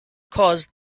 caused